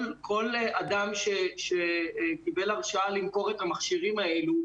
כל אדם שקיבל הרשאה למכור את המכשירים האלה,